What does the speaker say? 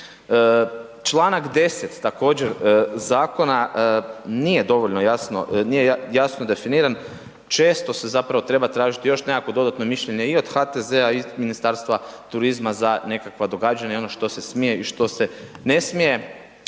Čl. 10. također zakona nije dovoljno jasno, nije jasno definiran, često se zapravo treba tražiti još nekakvo dodatno mišljenje i od HTZ-a i od Ministarstva turizma za nekakva događanja i ono što se smije i što se ne smije.